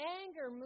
anger